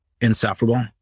insufferable